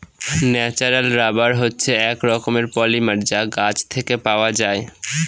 natural rubber হচ্ছে এক রকমের পলিমার যা গাছ থেকে পাওয়া যায়